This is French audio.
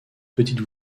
petite